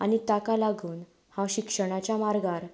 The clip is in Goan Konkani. आनी ताका लागून हांव शिक्षणाच्या मार्गार